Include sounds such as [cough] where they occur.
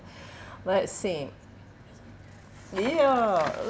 [breath] let's see yeah